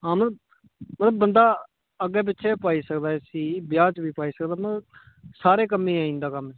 मतलब बंदा अग्गें पिच्छें पाई सकदा इस्सी ब्याह् च बी पाई सकदा मतलब सारें कम्में ई आई जंदा कम्म